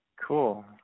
cool